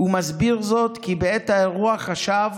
ומסביר זאת בכך שבעת האירוע חשב